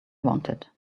wanted